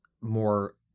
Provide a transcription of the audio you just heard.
more